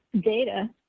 data